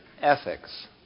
ethics